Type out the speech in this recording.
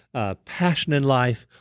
ah passionate life,